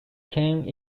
came